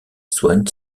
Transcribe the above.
soigne